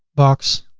box.